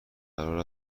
قرار